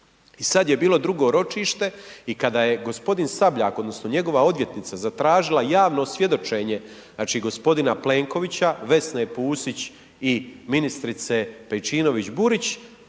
i sad je bilo drugo ročište i kada je gospodin Sabljak odnosno njegova odvjetnica zatražila javno svjedočenje znači gospodina Plenkovića, Vesne Pusić i ministrice Pejčinović Burić,